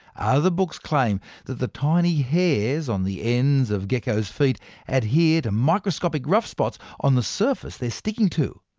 other books claim that the tiny hairs on the ends of geckos' feet adhere to microscopic rough spots on the surface they're sticking to.